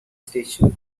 station